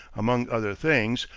among other things,